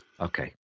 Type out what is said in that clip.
Okay